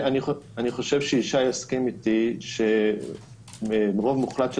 אני חושב שישי יסכים איתי שרוב מוחלט של